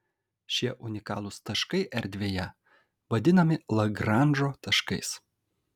šie unikalūs taškai erdvėje vadinami lagranžo taškais